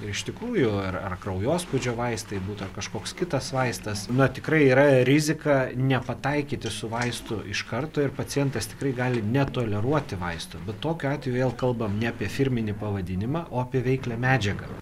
iš tikrųjų ar kraujospūdžio vaistai būtų kažkoks kitas vaistas nuo tikrai yra rizika nepataikyti su vaistų iš karto ir pacientas tikrai gali netoleruoti vaisto bet tokio vėl kalbam ne apie firminį pavadinimą o apie veiklią medžiagą